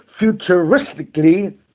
futuristically